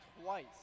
twice